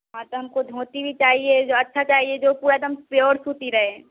हाँ तो हमको धोती भी चाहिए जो अच्छा चाहिए जो पूरा एकदम प्योर सूती रहे